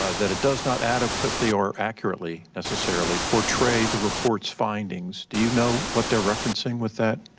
ah that it does not adequately or accurately, necessarily, portray the report's findings. do you know what they are referencing with that?